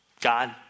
God